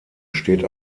steht